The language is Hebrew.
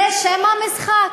זה שם המשחק.